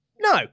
no